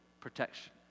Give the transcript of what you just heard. protection